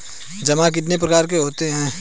जमा कितने प्रकार के होते हैं?